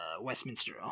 Westminster